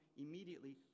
immediately